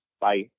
bye